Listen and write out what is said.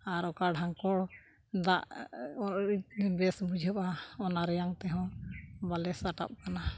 ᱟᱨ ᱚᱠᱟ ᱰᱷᱟᱸᱠᱚᱲ ᱫᱟᱜ ᱵᱮᱥ ᱵᱩᱡᱷᱟᱹᱜᱼᱟ ᱚᱱᱟ ᱨᱮᱭᱟᱝ ᱛᱮᱦᱚᱸ ᱵᱟᱞᱮ ᱥᱟᱴᱟᱵ ᱠᱟᱱᱟ